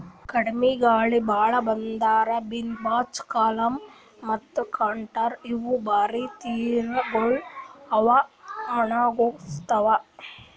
ಕಡಿಮಿ ಗಾಳಿ, ಭಾಳ ಪದುರ್, ಬಿನ್ ಬ್ಯಾಚ್, ಕಾಲಮ್ ಮತ್ತ ಕೌಂಟರ್ ಇವು ಬ್ಯಾರೆ ರೀತಿಗೊಳ್ ಅವಾ ಒಣುಗುಸ್ಲುಕ್